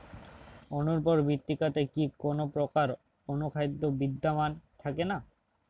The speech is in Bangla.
অনুর্বর মৃত্তিকাতে কি কোনো প্রকার অনুখাদ্য বিদ্যমান থাকে না?